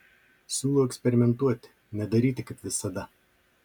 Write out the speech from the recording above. siūlau eksperimentuoti nedaryti kaip visada